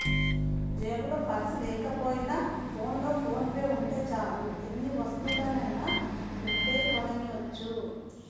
జేబులో పర్సు లేకపోయినా ఫోన్లో ఫోన్ పే ఉంటే చాలు ఎన్ని వస్తువులనైనా ఇట్టే కొనెయ్యొచ్చు